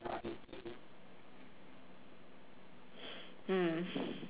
mm